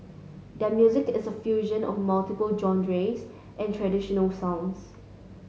their music is a fusion of multiple genres an traditional sounds